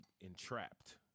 entrapped